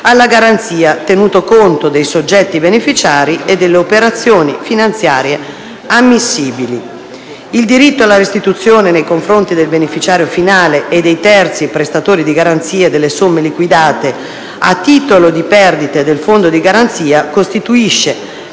alla garanzia tenuto conto dei soggetti beneficiari e delle operazioni finanziarie ammissibili. Il diritto alla restituzione nei confronti del beneficiario finale e dei terzi prestatori di garanzie delle somme liquidate a titolo di perdite dal Fondo di garanzia, costituisce